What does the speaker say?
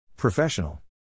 Professional